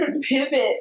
pivot